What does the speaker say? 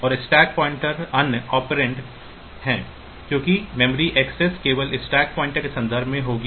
और stack pointer अन्य operand है क्योंकि मेमोरी एक्सेस केवल स्टैक पॉइंटर के संदर्भ में होगी